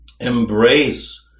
embrace